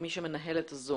הוא מי שמנהל את ה-זום.